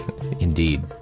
Indeed